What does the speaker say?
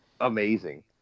amazing